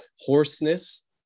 hoarseness